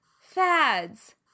fads